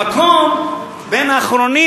במקום בין האחרונים,